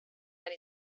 and